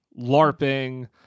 LARPing